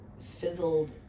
fizzled